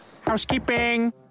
housekeeping